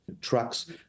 Trucks